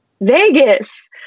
Vegas